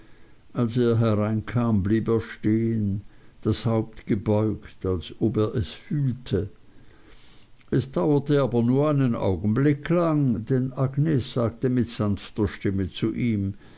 als er hereinkam blieb er stehen das haupt gebeugt als ob er es fühlte das dauerte aber nur einen augenblick lang denn agnes sagte mit sanfter stimme zu ihm